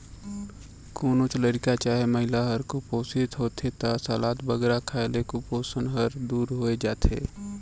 कोनोच लरिका चहे महिला हर कुपोसित होथे ता सलाद बगरा खाए ले कुपोसन हर दूर होए जाथे